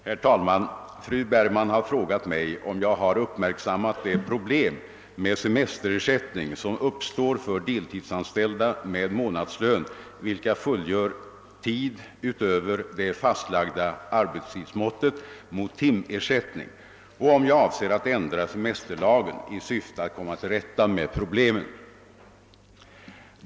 Herr talman! Fru Bergman har frågat mig om jag har uppmärksammat det problem med semesterersättning som uppstår för deltidsanställda med månadslön vilka fullgör tid utöver det fastlagda arbetstidsmåttet mot timersättning och om jag avser att ändra semesterlagen i syfte att komma till rätta med problemet.